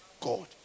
God